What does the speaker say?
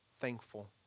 thankful